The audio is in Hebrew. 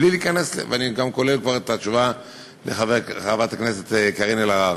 ואני גם כולל את התשובה לחברת הכנסת קארין אלהרר,